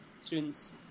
students